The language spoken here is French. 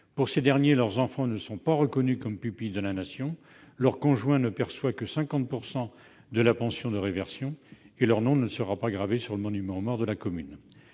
de ces derniers ne sont pas reconnus comme « pupilles de la Nation », leur conjoint ne perçoit que 50 % de la pension de réversion et leur nom ne sera pas gravé sur le monument aux morts de leur commune.